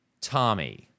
Tommy